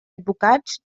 advocats